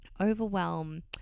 overwhelm